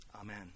Amen